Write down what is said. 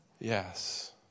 Yes